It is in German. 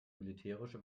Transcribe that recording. militärische